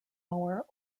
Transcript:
mower